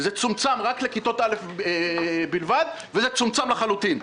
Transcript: זה צומצם לכיתות א' בלבד וזה צומצם לחלוטין.